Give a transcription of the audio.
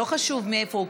לא חשוב מאיפה הוא,